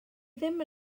ddim